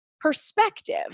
perspective